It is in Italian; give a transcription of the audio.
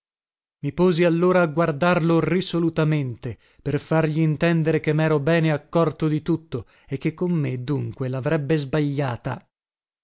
posi allora a guardarlo risolutamente per fargli intendere che mero bene accorto di tutto e che con me dunque lavrebbe sbagliata